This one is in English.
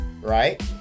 right